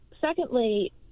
Secondly